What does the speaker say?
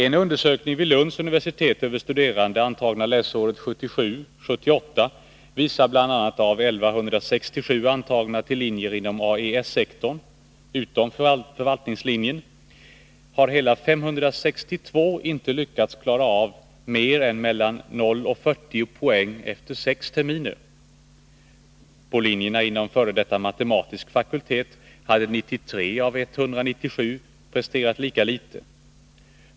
En undersökning vid Lunds universitet över studerande antagna läsåret 1977/78 visar bl.a. att av 1167 antagna till linjer inom AES-sektorn — utom förvaltningslinjen — hela 562 inte lyckats klara av mer än mellan 0 och 40 poäng efter sex terminer! På linjerna inom f. d. matematisk fakultet hade 93 av 197 presterat lika litet.